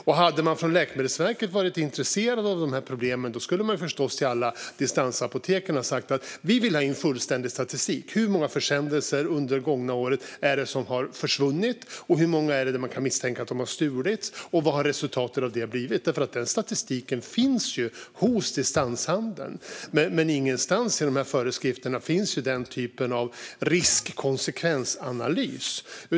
Om man hos Läkemedelsverket hade varit intresserad av dessa problem skulle man förstås ha sagt till alla distansapotek att man vill ha in fullständig statistik över hur många försändelser som har försvunnit under det gångna året, hur många av dem som man kan misstänka har stulits och vad resultatet av detta blivit. Denna statistik finns ju hos distanshandeln. Men ingenstans i föreskrifterna finns någon sådan risk och konsekvensanalys.